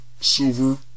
silver